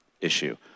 issue